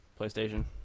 PlayStation